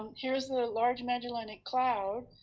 um here's the large magellanic cloud,